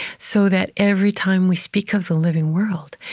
so that every time we speak of the living world,